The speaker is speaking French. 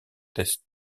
test